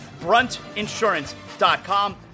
Bruntinsurance.com